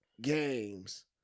games